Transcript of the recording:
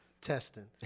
testing